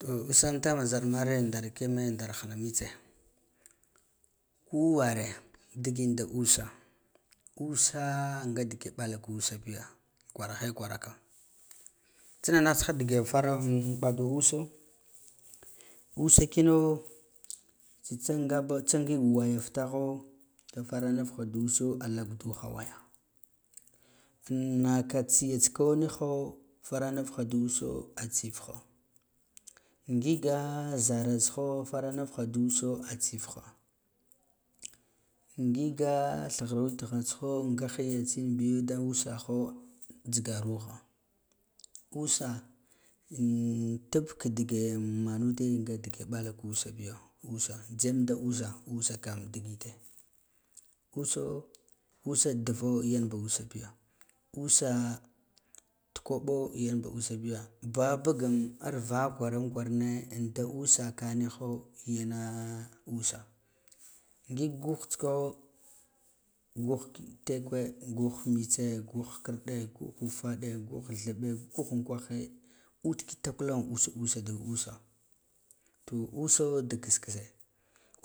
To usam tama zarmare ndarkiye, ndar hin a mitse kuware diginda usa usa nga dige ɓal ka usabiya kwarahe kwaraka tsina nah tsiha digen fara mbadu uso usa tsitsa ngaba tsa ngig wayan futaho da faranuf da so a ɗak duha waya an naka tsiya tsiko niha faranufha da usa a tsifwo ngiga zara tsiha farnufha da uso a tsifha ngiga thighar wetihgha tsiho nga hiya tsin biyo da usa haho jhigaru ha usa an tab gadige manude nga dige balka usa biyo usa jhigam da usa kam digite uso usan duvo yanba usa biya usa tu kobo yanba usabi ya babugan arva lasaran kwarane an da usava gene usa ngig gun tsiko guh tekwe gah mitse guh thikirɗ guh ufaɗe guh theɓɓe guh ukwahe ud kitakula usa da usa to uso dik kiss kisse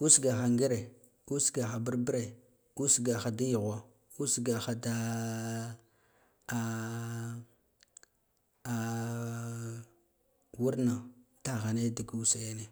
usgaha ngire usgha burbure usgaha da egho usgaha da wurna daghane duk usa yene